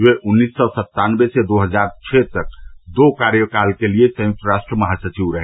वे उन्नीस सी सत्तानबे से दो हजार छः तक दो कार्यकाल के लिए संयुक्त राष्ट्र महासचिव रहे